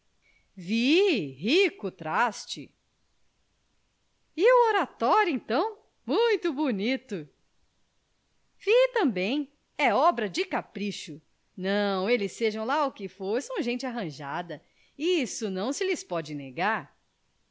rico traste e o oratório então muito bonito vi também é obra de capricho não eles sejam lá quem for são gente arranjada isso não se lhes pode negar